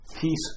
peace